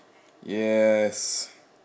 yes